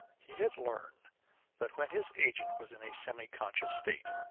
he had learned that, when his agent was in a semiconscious state,